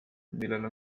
millel